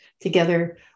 Together